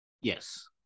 Yes